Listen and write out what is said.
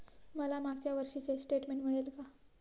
मला मागच्या वर्षीचे स्टेटमेंट मिळेल का?